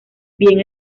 bien